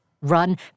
Run